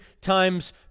times